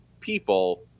people